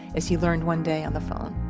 as he learned one day on the phone